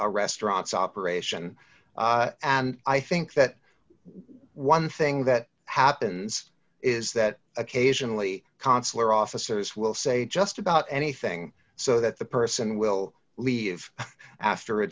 or restaurants operation and i think that one thing that happens is that occasionally consular officers will say just about anything so that the person will leave after a